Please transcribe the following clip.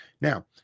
Now